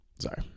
Sorry